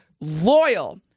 loyal